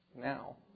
now